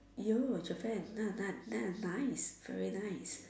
oh Japan ni~ ni~ ni~ nice sorry nice